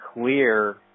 clear